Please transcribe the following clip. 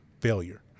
Failure